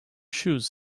shoes